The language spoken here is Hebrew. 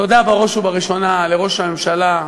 תודה בראש ובראשונה לראש הממשלה,